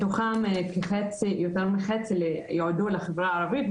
מתוכן יותר ממחצית יועדו לחברה הערבית,